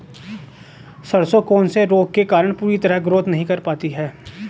सरसों कौन से रोग के कारण पूरी तरह ग्रोथ नहीं कर पाती है?